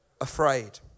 afraid